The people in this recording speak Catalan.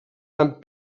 amb